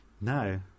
No